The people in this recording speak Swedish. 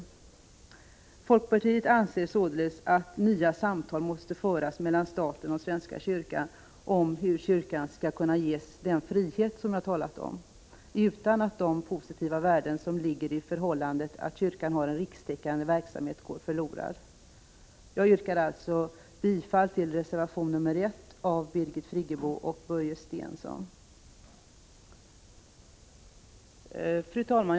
20 november 1985 Folkpartiet anser således att nya samtal måste föras mellan staten och Z— H—- svenska kyrkan om hur kyrkan skall kunna ges den frihet som jag har talat om, utan att de positiva värden som ligger i förhållandet att kyrkan har en rikstäckande verksamhet går förlorade. Jag yrkar alltså bifall till reservation 1 av Birgit Friggebo och Börje Stensson. Fru talman!